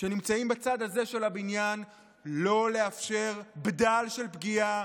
שנמצאים בצד הזה של הבניין, לא לאפשר בדל של פגיעה